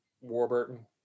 Warburton